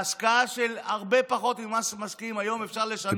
בהשקעה של הרבה פחות ממה שמשקיעים היום אפשר לשנות,